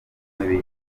pfunwe